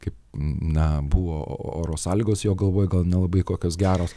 kaip na buvo oro sąlygos jo galvoj gal nelabai kokios geros